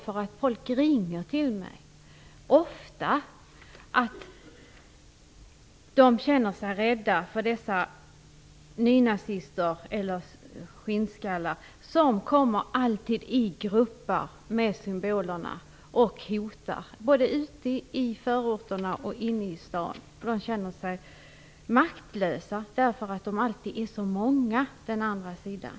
Människor ringer till mig - ofta. De känner sig rädda för dessa nynazister eller skinnskallar som alltid kommer i grupper med sina symboler och hotar, både ute i förorterna och inne i stan. Människor känner sig maktlösa därför att de alltid är så många på den andra sidan.